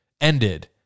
ended